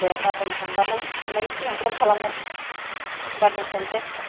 दे गाबोन थांबानो थांनायनि सिगां फन खालामगोन होम्बा दोनथ'नोसै